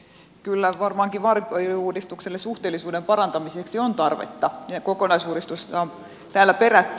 kyllä varmaankin vaalipiiriuudistukselle suhteellisuuden parantamiseksi on tarvetta ja kokonaisuudistusta on täällä perätty